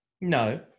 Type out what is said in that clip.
No